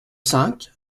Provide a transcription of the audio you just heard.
cinq